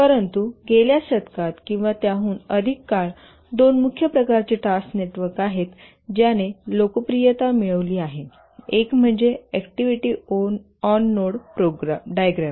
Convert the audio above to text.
परंतु गेल्या शतकात किंवा त्याहून अधिक काळ दोन मुख्य प्रकारचे टास्क नेटवर्क आहेत ज्याने लोकप्रियता मिळविली आहे एक म्हणजे अॅक्टिव्हिटी ऑन नोड डायग्राम